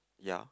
ya